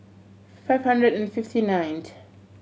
five hundred and fifty ninth